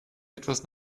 etwas